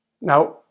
Now